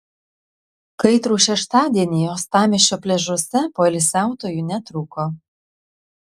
kaitrų šeštadienį uostamiesčio pliažuose poilsiautojų netrūko